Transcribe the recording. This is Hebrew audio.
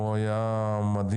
זה היה מדהים.